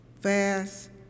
Fast